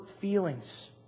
feelings